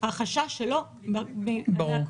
החשש שלו מהקורונה.